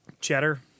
cheddar